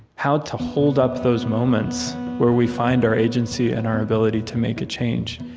how to hold up those moments where we find our agency and our ability to make a change.